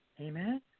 Amen